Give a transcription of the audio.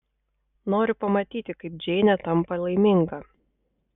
noriu pamatyti kaip džeinė tampa laiminga